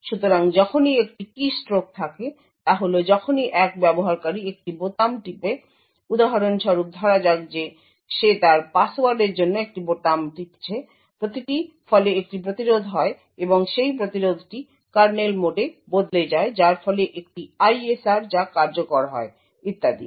সুতরাং যখনই একটি কীস্ট্রোক থাকে তা হল যখনই এক ব্যবহারকারী একটি বোতাম টিপে উদাহরণস্বরূপ ধরা যাক যে সে তার পাসওয়ার্ডের জন্য একটি বোতাম টিপছে প্রতিটি ফলে একটি প্ৰতিরোধ হয় এবং সেই প্রতিরোধটি কার্নেল মোডে বদলে যায় যার ফলে একটি ISR যা কার্যকর হয় ইত্যাদি